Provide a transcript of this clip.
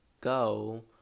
go